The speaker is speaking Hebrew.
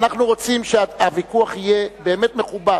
אנחנו רוצים שהוויכוח הזה יהיה מכובד.